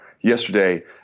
Yesterday